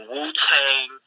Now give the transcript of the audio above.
Wu-Tang